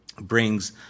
brings